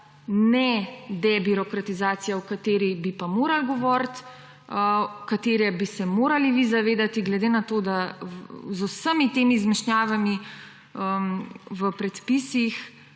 nedebirokratizacija, o kateri bi pa morali govoriti, katere bi se morali vi zavedati, glede na to da z vsemi temi zmešnjavami v predpisih